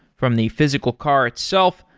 from the physical car itself,